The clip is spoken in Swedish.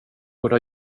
borde